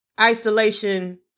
isolation